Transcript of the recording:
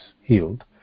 healed